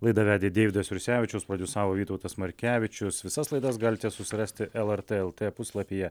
laidą vedė deividas jursevičius prodiusavo vytautas markevičius visas laidas galite susirasti lrt lt puslapyje